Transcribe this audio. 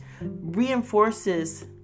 reinforces